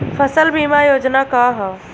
फसल बीमा योजना का ह?